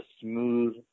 smooth